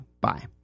bye